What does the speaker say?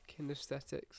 kinesthetics